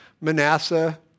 Manasseh